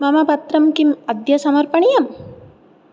मम पत्रं किम् अद्य समर्पणीयम्